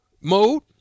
mode